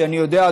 שאני יודע,